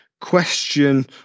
question